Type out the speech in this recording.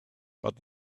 but